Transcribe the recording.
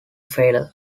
failure